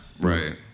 Right